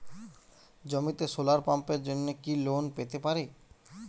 জমিতে সোলার পাম্পের জন্য কি লোন পেতে পারি?